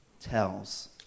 tells